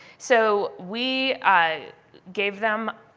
so we ah gave them,